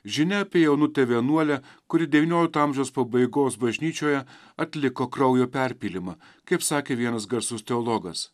žinia apie jaunutę vienuolę kuri devyniolikto amžiaus pabaigos bažnyčioje atliko kraujo perpylimą kaip sakė vienas garsus teologas